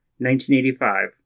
1985